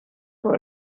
were